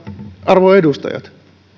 arvon edustajat